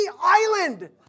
island